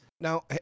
Now